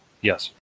Yes